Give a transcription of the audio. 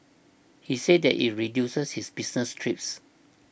he said that it reduces his business trips